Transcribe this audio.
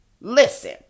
Listen